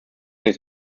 its